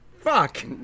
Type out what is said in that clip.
Fuck